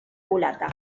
culata